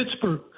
Pittsburgh